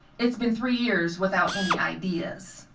it's been three years without any ideas.